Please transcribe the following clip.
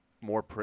more